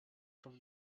from